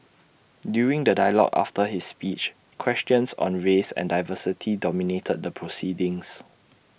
during the dialogue after his speech questions on race and diversity dominated the proceedings